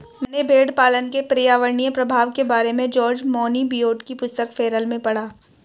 मैंने भेड़पालन के पर्यावरणीय प्रभाव के बारे में जॉर्ज मोनबियोट की पुस्तक फेरल में पढ़ा